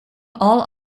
all